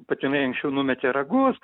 patinai anksčiau numetė ragus